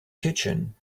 kitchen